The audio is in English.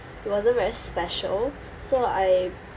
it wasn't very special so I